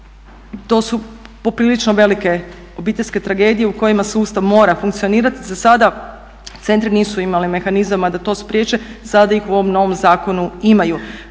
to su poprilično velike obiteljske tragedije u kojima sustav mora funkcionirati. Za sada centri nisu imali mehanizama da to spriječe, sada ih u ovom novom zakonu imaju.